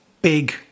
Big